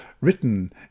written